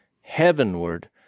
heavenward